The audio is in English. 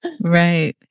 Right